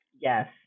Yes